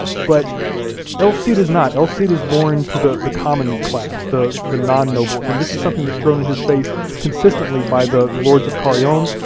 but el cid is not, el cid is born to the the common class, the the non-nobles, and this is something that's thrown in his face consistently by the lords of carrion,